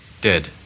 dead